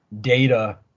Data